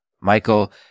Michael